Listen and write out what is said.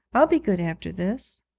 i'll be good after this